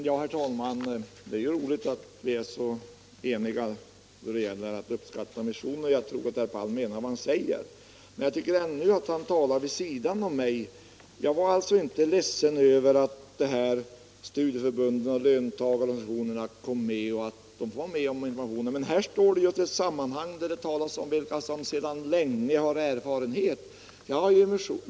Herr talman! Det är roligt att vi är så eniga då det gäller att uppskatta missionen. Jag tror att herr Palm menar vad han säger. Men jag tycker ändå att han talar vid sidan om mig. Jag var alltså inte ledsen över att studieförbunden och löntagarorganisationerna får vara med om att ge information. Men här gäller det ett sammanhang där det talas om vilka som sedan länge har erfarenhet.